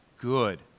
good